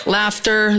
laughter